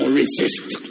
resist